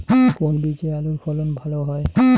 কোন বীজে আলুর ফলন ভালো হয়?